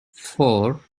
four